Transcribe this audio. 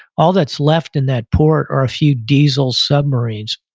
all that's left in that port are a few diesel submarines,